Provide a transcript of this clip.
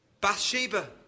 Bathsheba